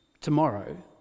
tomorrow